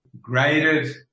graded